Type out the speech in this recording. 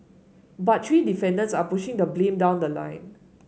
but three defendants are pushing the blame down the line